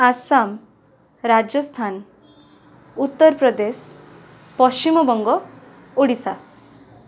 Assam Rajasthan Uttar Pradesh Paschimbanga Odisha